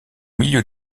milieu